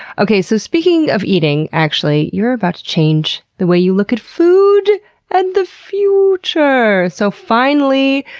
okay, so speaking of eating, actually, you're about to change the way you look at food and the future. so finally,